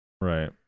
Right